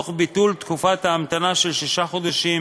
תוך ביטול תקופת ההמתנה של שישה חודשים